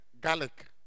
garlic